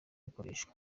akoreshwa